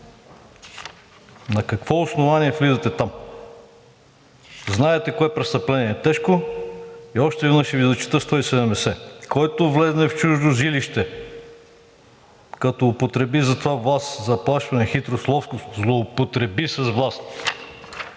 на какво основание влизате там? Знаете кое престъпление е тежко и още веднъж ще Ви зачета чл. 170: „Който влезе в чуждо жилище, като употреби за това власт, заплашване, хитрост, ловкост, злоупотреба с власт…“